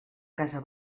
casa